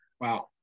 wow